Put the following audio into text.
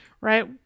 right